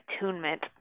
attunement